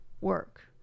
work